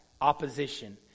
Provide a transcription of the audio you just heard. opposition